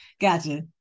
Gotcha